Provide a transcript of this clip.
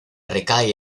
recae